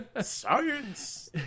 Science